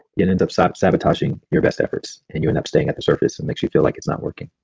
you can ends up so up sabotaging your best efforts and you end up staying at the surface and makes you feel like it's not working